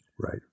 Right